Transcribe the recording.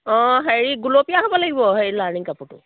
অঁ হেৰি গুলপীয়া হ'ব লাগিব হেৰি লাইনিং কাপোৰটো